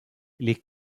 les